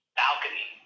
balcony